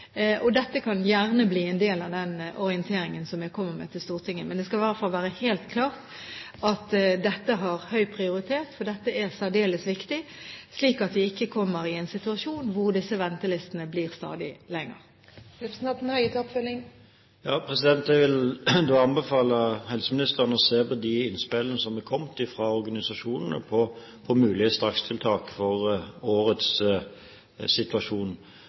Dette kan gjerne bli en del av den orienteringen som jeg kommer med til Stortinget. Men det skal i hvert fall være helt klart at dette har høy prioritet, for dette er særdeles viktig, så vi ikke kommer i en situasjon hvor disse ventelistene blir stadig lengre. Jeg vil anbefale helseministeren å se på de innspillene som er kommet fra organisasjonene til mulige strakstiltak med tanke på årets situasjon.